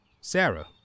Sarah